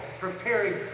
preparing